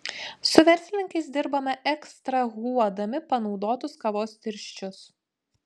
su verslininkais dirbame ekstrahuodami panaudotus kavos tirščius